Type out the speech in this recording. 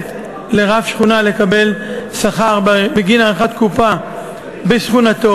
על רב שכונה לקבל שכר בגין עריכת חופה בשכונתו,